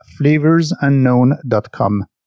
flavorsunknown.com